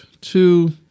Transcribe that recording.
two